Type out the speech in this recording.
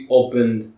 opened